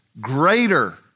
greater